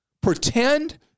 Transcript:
pretend